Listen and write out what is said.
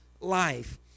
life